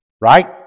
Right